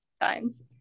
times